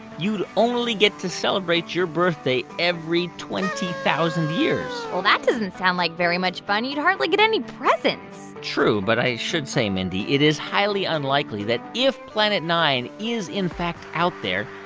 you'd only get to celebrate your birthday every twenty thousand years well, that doesn't sound like very much fun. you'd hardly get any presents true. but i should say, mindy, it is highly unlikely that if planet nine is in fact out there,